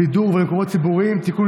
בידור ולמקומות ציבוריים (תיקון,